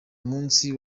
munsi